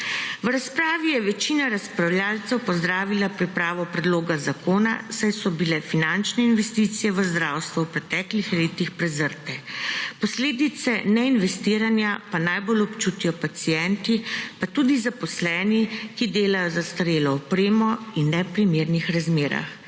V razpravi je večina razpravljavcev pozdravila pripravo predloga zakona, saj so bile finančne investicije v zdravstvo v preteklih letih prezrte. Posledice neinvestiranja pa najbolj občutijo pacienti, pa tudi zaposleni, ki delajo z zastarelo opremo in v neprimernih razmerah.